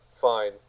Fine